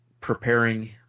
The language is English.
preparing